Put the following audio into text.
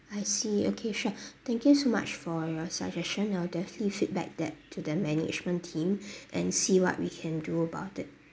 I see okay sure thank you so much for your suggestion I'll definitely feedback that to the management team and see what we can do about it